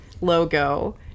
logo